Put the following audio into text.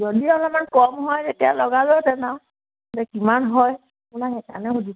যদি অলপমান কম হয় তেতিয়া লগালোঁহেতেন আৰু এতিয়া কিমান হয় তোমাক সেইকাৰণে সুধিছোঁ